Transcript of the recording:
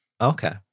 Okay